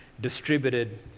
distributed